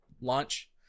launch